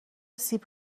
سیب